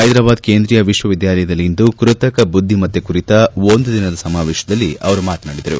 ಹೈದರಾಬಾದ್ ಕೇಂದ್ರೀಯ ವಿಶ್ವವಿದ್ಯಾಲಯದಲ್ಲಿ ಇಂದು ಕೃತಕಬುದ್ದಿಮತ್ತೆ ಕುರಿತ ಒಂದು ದಿನದ ಸಮಾವೇಶದಲ್ಲಿ ಅವರು ಮಾತನಾಡಿದರು